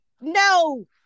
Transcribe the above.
no